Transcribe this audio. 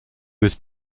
was